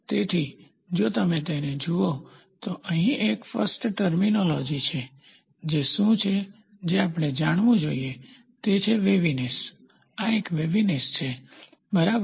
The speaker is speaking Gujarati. તેથી જો તમે તેને જુઓ તો અહીં ફ્સ્ટ ટર્મીનોલોજી શું છે જે આપણે જાણવું જોઈએ તે છે વેવીનેસ આ એક વેવીનેસ છે બરાબર